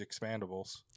expandables